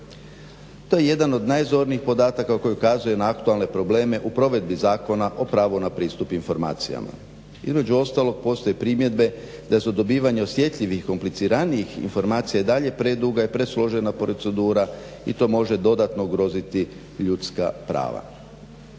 To je jedan od najzornijih podataka koji ukazuje na aktualne probleme u provedbi Zakona o pravu na pristup informacijama. Između ostalog postoje primjedbe da za dobivanje osjetljivih kompliciranijih informacija i dalje preduga i presložena procedura i to može dodatno ugroziti ljudska prava.